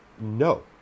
No